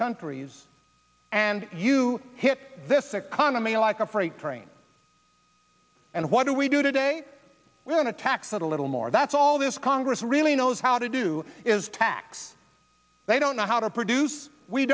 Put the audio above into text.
countries and you hit this economy like a freight train and what do we do today we're going to tax it a little more that's all this congress really knows how to do is tax they don't know how to produce we